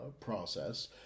process